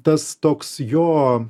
tas toks jo